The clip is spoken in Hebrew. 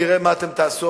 נראה מה אתם תעשו.